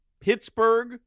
Pittsburgh